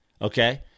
Okay